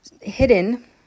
hidden